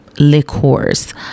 liqueurs